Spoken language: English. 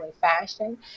fashion